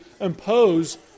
impose